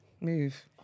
Move